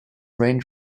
range